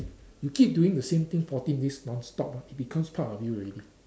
you keep doing the same thing fourteen days non-stop ah it becomes part of you already